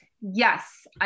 Yes